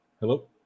Hello